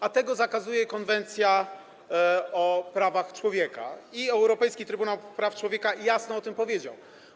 A tego zakazuje konwencja o prawach człowieka i Europejski Trybunał Praw Człowieka jasno o tym powiedział.